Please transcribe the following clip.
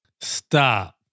Stop